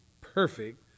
perfect